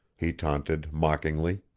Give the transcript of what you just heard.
he taunted mockingly.